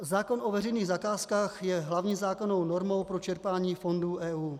Zákon o veřejných zakázkách je hlavní zákonnou normou pro čerpání fondů EU.